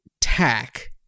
tack